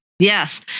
Yes